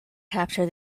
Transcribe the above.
capture